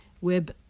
web